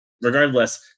Regardless